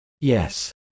Yes